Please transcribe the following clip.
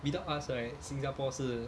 without us right 新加坡是